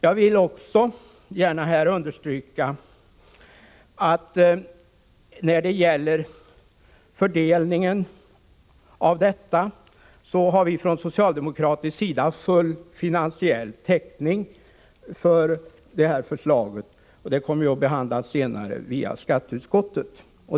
Jag vill också gärna understryka när det gäller fördelningen att vi från socialdemokratisk sida har full finansiell täckning för det här förslaget. Det framgår av skatteutskottets betänkande.